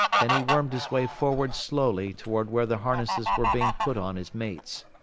then he wormed his way forward slowly toward where the harnesses were being put on his mates.